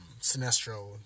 Sinestro